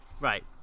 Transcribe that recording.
Right